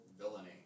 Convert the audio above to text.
villainy